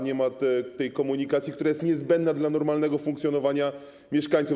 Nie ma tej komunikacji, która jest niezbędna dla normalnego funkcjonowania mieszkańców.